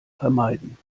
vermeiden